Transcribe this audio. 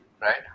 right